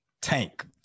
Tank